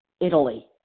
Italy